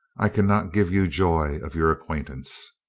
i can not give you joy of your acquaintance.